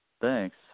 Thanks